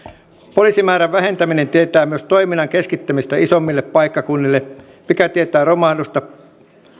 poliisimäärän vähentäminen tietää myös toiminnan keskittämistä isommille paikkakunnille mikä tietää romahdusta